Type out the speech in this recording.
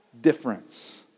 difference